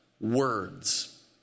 words